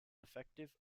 effective